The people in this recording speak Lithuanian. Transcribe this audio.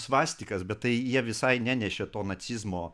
svastikas bet tai jie visai nenešė to nacizmo